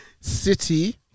City